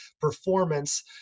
performance